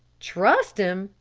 trust him!